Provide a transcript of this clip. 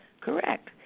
correct